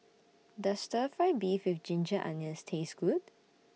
Does Stir Fry Beef with Ginger Onions Taste Good